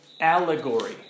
allegory